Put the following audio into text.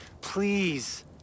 Please